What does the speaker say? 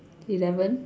eleven